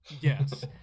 yes